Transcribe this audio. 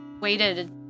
waited